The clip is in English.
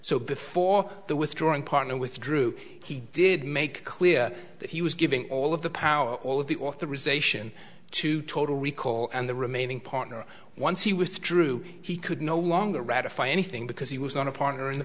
so before the withdrawing partner withdrew he did make clear that he was giving all of the power all of the authorization to total recall and the remaining partner once he withdrew he could no longer ratify anything because he was not a partner in the